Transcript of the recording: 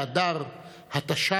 כ' באדר התש"ף,